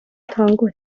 تانگو